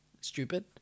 stupid